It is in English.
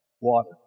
water